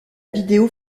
vidéo